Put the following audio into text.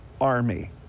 army